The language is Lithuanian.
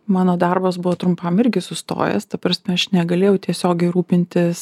mano darbas buvo trumpam irgi sustojęs ta prasme aš negalėjau tiesiogiai rūpintis